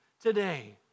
today